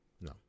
No